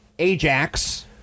Ajax